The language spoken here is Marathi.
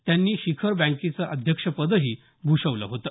त्यांनी शिखर बँकेचं अध्यक्षपद देखील भूषवलं होतं